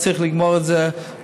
צריך לגמור את זה,